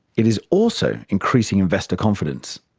it is also increasing investor confidence.